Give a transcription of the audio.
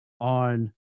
on